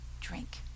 drink